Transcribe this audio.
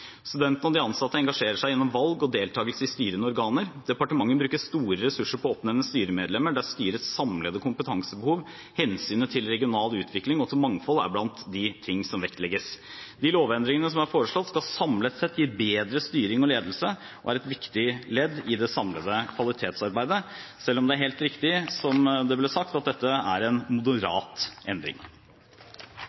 Studentene og de ansatte engasjerer seg gjennom/ved valg og deltakelse i styrende organer. Departementet bruker store ressurser på å oppnevne styremedlemmer, der styrets samlede kompetansebehov, hensynet til regional utvikling og til mangfold er blant de ting som vektlegges. De lovendringene som er foreslått, skal samlet sett gi bedre styring og ledelse og er et viktig ledd i det samlede kvalitetsarbeidet, selv om det er helt riktig, som det ble sagt, at dette er en